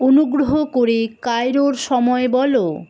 অনুগ্রহ করে কায়রোর সময় বলো